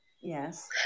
yes